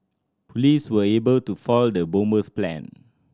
police were able to foil the bomber's plan